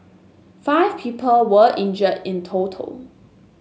five people were injured in total